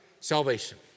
Salvation